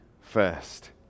first